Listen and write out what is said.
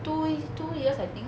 tw~ two years I think